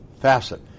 facet